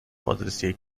بازرسی